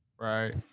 right